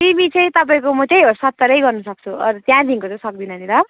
सिबी चाहिँ तपाईँको म त्यही हो म सत्तर चाहिँ गर्न सक्छु त्यहाँदेखिन्को चाहिँ सक्दिनँ नि ल